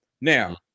Now